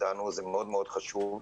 זה מאוד חשוב.